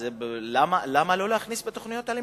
אם כך, למה לא להכניס את זה לתוכנית הלימודים?